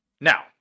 Now